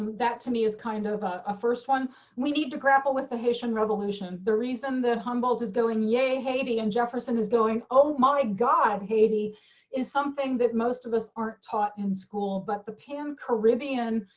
that to me is kind of a ah first one we need to grapple with the haitian revolution, the reason that humbled is going. yay, haiti and jefferson is going, oh my god. haiti is something that most of us aren't taught in school, but the pan caribbean